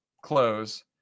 close